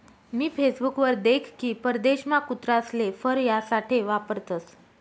मी Facebook वर देख की परदेशमा कुत्रासले फर यासाठे वापरतसं